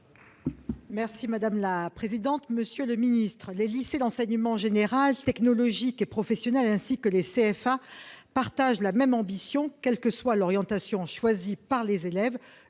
Estrosi Sassone. Monsieur le ministre, les lycées d'enseignement général, technologique et professionnel ainsi que les CFA partagent la même ambition, quelle que soit l'orientation choisie par les élèves